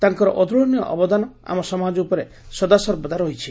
ତାଙ୍କର ଅତୁଳନୀୟ ଅବଦାନ ଆମ ସମାଜ ଉପରେ ସଦାସର୍ବଦା ରହିଛି